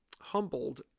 humbled